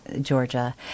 Georgia